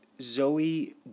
Zoe